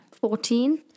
Fourteen